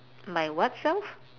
my what self